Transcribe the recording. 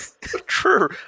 True